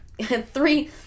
three